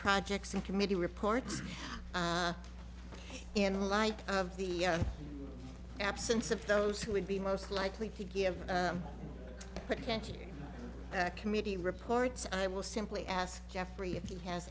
projects and committee reports in light of the absence of those who would be most likely to give potential committee reports i will simply ask jeffrey if he has